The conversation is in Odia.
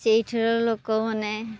ସେଇଥିର ଲୋକମାନେ